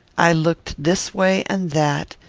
i looked this way and that,